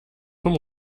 vom